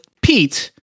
Pete